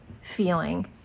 feeling